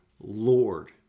Lord